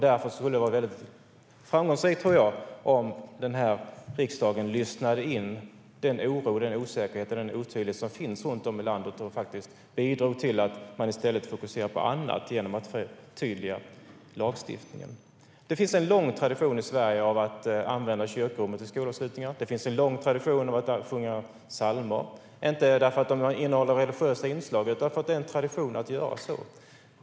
Därför tror jag att det skulle vara framgångsrikt om riksdagen lyssnade in den oro, osäkerhet och otydlighet som finns runt om i landet - som bidrar till att man i stället fokuserar på annat - och förtydligade lagstiftningen. Det finns en lång tradition i Sverige av att använda kyrkorummet vid skolavslutningar. Det finns en lång tradition av att sjunga psalmer, inte därför att de innehåller religiösa inslag utan därför att det är en tradition att göra så.